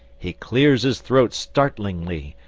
he clears his throat startlingly,